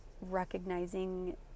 recognizing